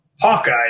Hawkeye